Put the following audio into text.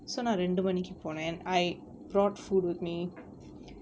so நா ரெண்டு மணிக்கு போனேன்:naa rendu manikku poraen I brought food with me